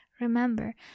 Remember